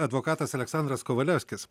advokatas aleksandras kovalevskis